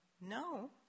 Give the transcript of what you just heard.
No